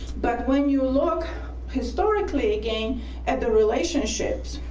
but when you ah look historically again at the relationships,